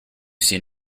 seen